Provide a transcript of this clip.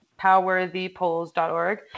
powerthepolls.org